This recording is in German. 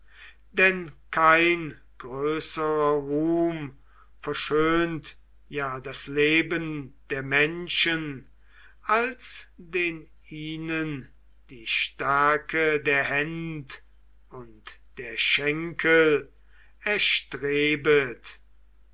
denn kein größerer ruhm verschönt ja das leben der menschen als den ihnen die stärke der händ und schenkel erstrebet